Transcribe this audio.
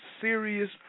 serious